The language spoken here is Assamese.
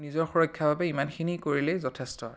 নিজৰ সুৰক্ষাৰ বাবে ইমানখিনি কৰিলেই যথেষ্ট